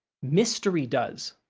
mystery does.